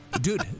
dude